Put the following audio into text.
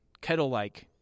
kettle-like